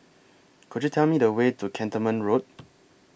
Could YOU Tell Me The Way to Cantonment Road